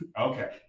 Okay